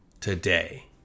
today